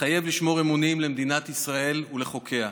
מתחייב לשמור אמונים למדינת ישראל ולחוקיה,